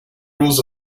rules